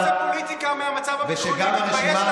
מה אתה עושה פוליטיקה מהמצב הביטחוני?